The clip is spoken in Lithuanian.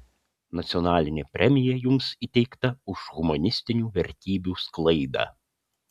nacionalinė premija jums įteikta už humanistinių vertybių sklaidą